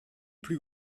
plus